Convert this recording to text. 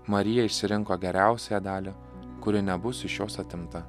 marija išsirinko geriausiąją dalį kuri nebus iš jos atimta